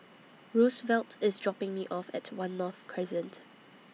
Roosevelt IS dropping Me off At one North Crescent